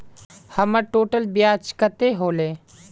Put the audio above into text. हमर टोटल ब्याज कते होले?